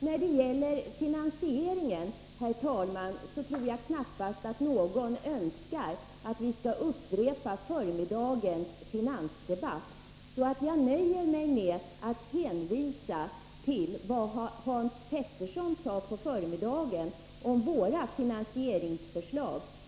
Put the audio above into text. När det gäller finansieringen, herr talman, tror jag knappast att någon önskar att vi skall upprepa förmiddagens finansdebatt. Jag nöjer mig därför med att hänvisa till vad Hans Petersson i Hallstahammar sade i dag på förmiddagen om våra finansieringsförslag.